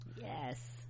yes